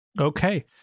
Okay